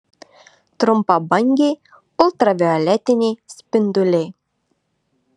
trumpabangiai ultravioletiniai spinduliai